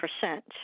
percent